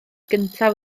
gyntaf